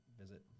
visit